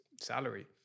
salary